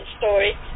story